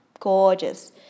Gorgeous